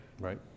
right